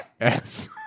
Yes